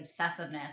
obsessiveness